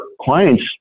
clients